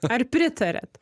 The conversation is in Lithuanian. ar pritariat